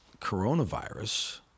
coronavirus